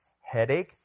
headache